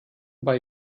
bei